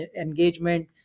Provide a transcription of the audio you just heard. engagement